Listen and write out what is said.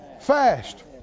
fast